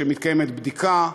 שמתקיימת בדיקה,